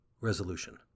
Resolution